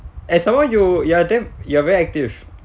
and some more you you're damn you are very active